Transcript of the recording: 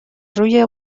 روی